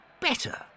better